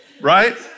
right